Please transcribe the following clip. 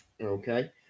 Okay